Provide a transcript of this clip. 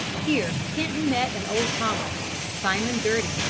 here kenton met an old comrade, simon girty,